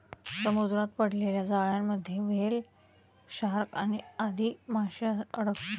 समुद्रात पडलेल्या जाळ्यांमध्ये व्हेल, शार्क आदी माशे अडकतात